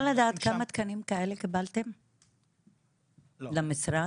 לדעת כמה תקנים כאלה קיבלתם למשרד?